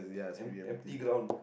emp~ empty ground